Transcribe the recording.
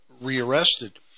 rearrested